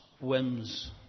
Whims